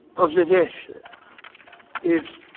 the gesture is